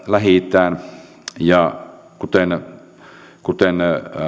lähi itään kuten kuten